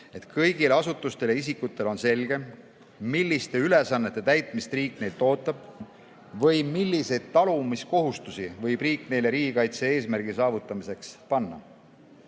kõigil asutustel ja isikutel on selge, milliste ülesannete täitmist riik neilt ootab või milliseid talumiskohustusi võib riik neile riigikaitse eesmärgi saavutamiseks panna.